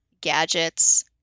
gadgets